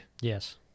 yes